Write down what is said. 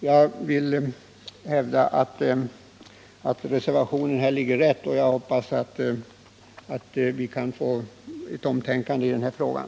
Jag vill således hävda att reservationen är inne på rätt väg, och jag hoppas att vi kan få ett omtänkande i den här frågan.